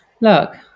look